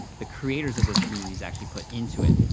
the creators of those communities actually put into it,